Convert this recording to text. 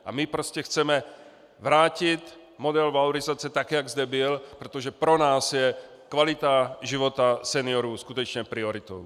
A my prostě chceme vrátit model valorizace tak, jak zde byl, protože pro nás je kvalita života seniorů skutečně prioritou.